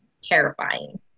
terrifying